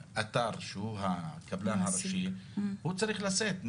האתר, שהוא הקבלן הראשי, הוא צריך לשאת.